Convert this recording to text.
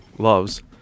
loves